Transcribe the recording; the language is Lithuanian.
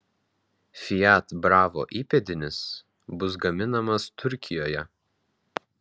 fiat bravo įpėdinis bus gaminamas turkijoje